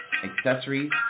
accessories